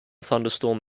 thunderstorm